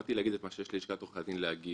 באתי להגיד את מה שיש ללשכת עורכי הדין להגיד.